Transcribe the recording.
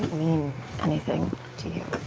mean anything to you.